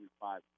five